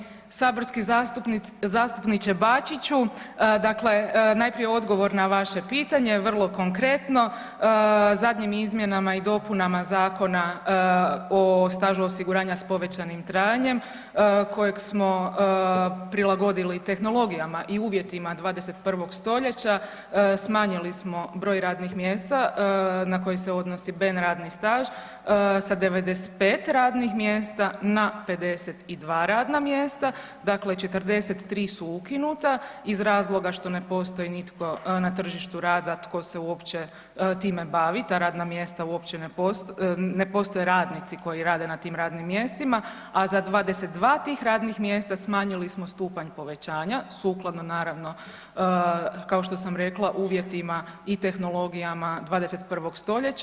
Poštovani saborski zastupniče Bačiću, dakle najprije odgovor na vaše pitanje, vrlo konkretno, zadnjim izmjenama i dopunama Zakona o stažu osiguranja s povećanim trajanjem kojeg smo prilagodili tehnologijama i uvjetima 21. stoljeća smanjili smo broj radnih mjesta na koji se odnosi ben radni staž sa 95 radnih mjesta na 52 radna mjesta dakle, 43 su ukinuta iz razloga što ne postoji nitko na tržištu rada tko se uopće time bave, ta radna mjesta uopće ne postoje, ne postoje radnici koji rade na tim radnim mjestima, a za 22 tih radnih mjesta smanjili smo stupanj povećanja sukladno naravno kao što sam rekla uvjetima i tehnologijama 21. stoljeća.